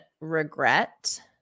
regret